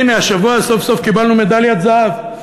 הנה, השבוע, סוף-סוף, קיבלנו מדליית זהב.